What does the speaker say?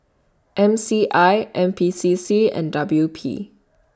M C I N P C C and W P